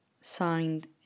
signed